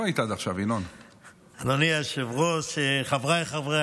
אדוני היושב-ראש, חבריי חברי